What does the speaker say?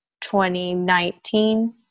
2019